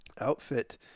outfit